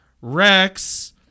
Rex